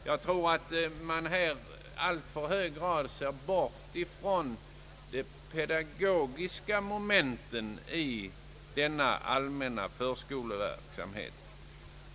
Jag tror att man i alltför hög grad bortser från de pedagogiska momenten i denna allmänna förskoleverksamhet.